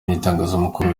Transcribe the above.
n’itangazamakuru